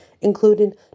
including